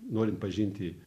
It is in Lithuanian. norint pažinti